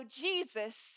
Jesus